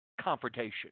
confrontation